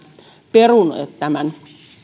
peruneet tämän